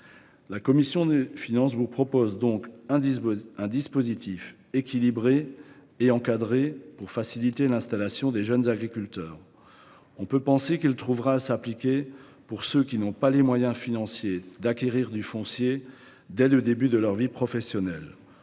La commission des finances vous propose donc d’adopter un dispositif équilibré et encadré pour faciliter l’installation des jeunes agriculteurs. Ce dernier trouvera sans doute à s’appliquer pour ceux qui n’ont pas les moyens financiers d’acquérir du foncier dès le début de leur vie professionnelle.